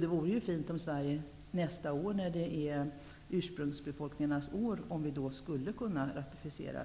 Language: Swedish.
Det vore fint om Sverige nästa år, som är ursprungsbefolkningarnas år, skulle kunna ratificera